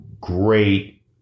great